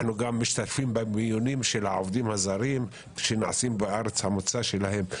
אנו משתתפים במיונים של העובדים הזרים שנעשים בארץ המוצא שלהם.